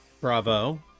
Bravo